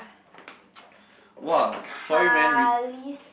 Khalees~